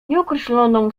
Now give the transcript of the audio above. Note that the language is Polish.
nieokreśloną